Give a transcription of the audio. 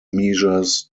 measures